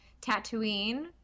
Tatooine